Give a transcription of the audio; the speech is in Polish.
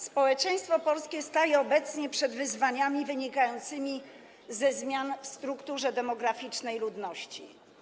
Społeczeństwo polskie staje obecnie przed wyzwaniami wynikającymi ze zmian w strukturze demograficznej ludności.